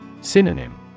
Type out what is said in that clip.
Synonym